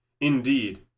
Indeed